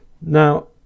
Now